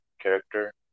character